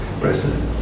president